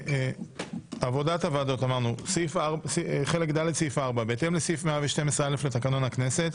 ד.עבודת הוועדות - 4.בהתאם לסעיף 112(א) לתקנון הכנסת,